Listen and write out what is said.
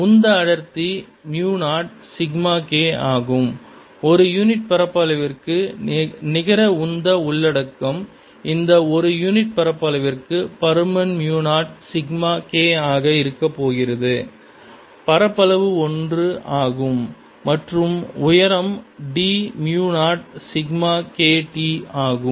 உந்த அடர்த்தி mu 0 sigma K ஆகும் ஒரு யூனிட் பரப்பளவிற்கு நிகர உந்த உள்ளடக்கம் இந்த ஒரு யூனிட் பரப்பளவிற்கு பருமன் மியூ 0 சிக்மா K ஆக இருக்கப்போகிறது பரப்பளவு ஒன்று ஆகும் மற்றும் உயரம் d mu 0 sigma K t ஆகும்